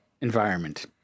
environment